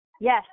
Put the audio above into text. Yes